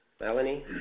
Melanie